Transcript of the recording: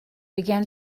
began